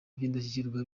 by’indashyikirwa